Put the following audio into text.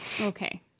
Okay